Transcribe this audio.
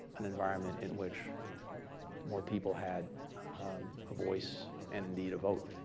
an environment in which more people had a voice an indeed a vote.